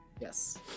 Yes